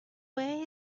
where